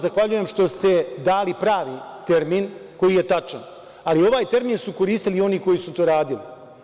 Zahvaljujem vam se što ste dali pravi termin koji je tačan, ali ovaj termin su koristili oni koji su to radili.